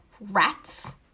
rats